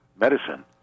medicine